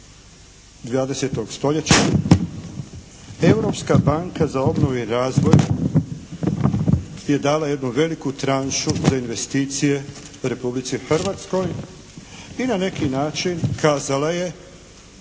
20. stoljeća Europska banka za obnovu i razvoj je dala jednu veliku tranšu za investicije Republici Hrvatskoj i na neki način kazala je: